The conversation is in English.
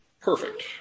perfect